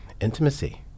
intimacy